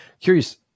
Curious